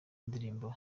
indirimbo